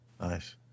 Nice